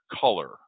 color